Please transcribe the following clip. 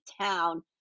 town